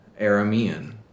Aramean